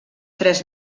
tres